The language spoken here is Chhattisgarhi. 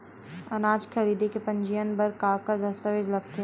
अनाज खरीदे के पंजीयन बर का का दस्तावेज लगथे?